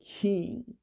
king